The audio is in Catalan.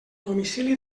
domicili